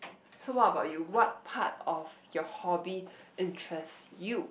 so what about you what part of your hobby interest you